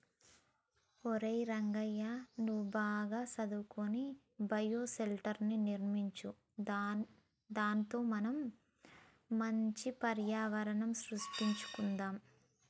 ఒరై రంగయ్య నువ్వు బాగా సదువుకొని బయోషెల్టర్ర్ని నిర్మించు దానితో మనం మంచి పర్యావరణం సృష్టించుకొందాం